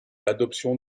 l’adoption